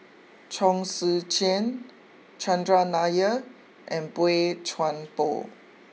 Chong Tze Chien Chandran Nair and Boey Chuan Poh